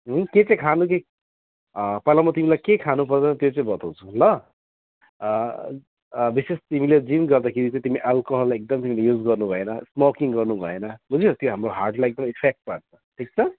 के के चाहिँ खानु के पहिला म तिमीलाई के खानुपर्छ त्यो चाहिँ बताउँछु ल विशेष तिमीले जिम गर्दाखेरि चाहिँ तिमीले अल्कोहल एकदमै युज गर्नुभएन स्मोकिङ गर्नुभएन बुझ्यौ त्यो हाम्रो हार्टलाई एकदमै इफेक्ट पार्छ ठिक छ